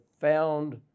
found